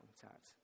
contact